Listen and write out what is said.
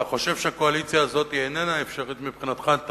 אתה חושב שהקואליציה הזאת איננה אפשרית מבחינתך כדי לתפקד?